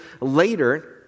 later